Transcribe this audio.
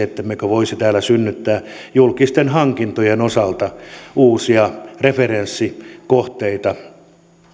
ettemmekö voisi täällä synnyttää julkisten hankintojen osalta uusia referenssikohteita